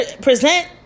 present